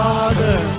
Father